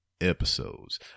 episodes